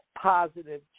positive